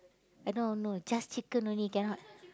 uh no no just chicken only cannot